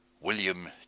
William